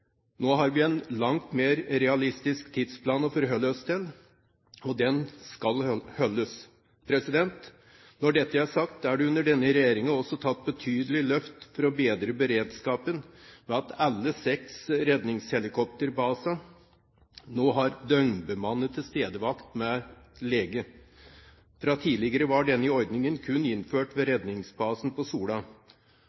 Nå har vi en langt mer realistisk tidsplan å forholde oss til, og den skal holdes. Når dette er sagt, vil jeg si at det under denne regjeringen også er tatt betydelige løft for å bedre beredskapen, ved at alle seks redningshelikopterbasene nå har døgnbemannet tilstedevakt med lege. Fra tidligere var denne ordningen kun innført ved